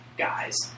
Guys